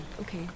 okay